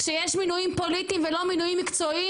כשיש מינויים פוליטיים ולא מינויים מקצועיים,